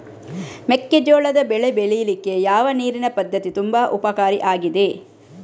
ಮೆಕ್ಕೆಜೋಳದ ಬೆಳೆ ಬೆಳೀಲಿಕ್ಕೆ ಯಾವ ನೀರಿನ ಪದ್ಧತಿ ತುಂಬಾ ಉಪಕಾರಿ ಆಗಿದೆ?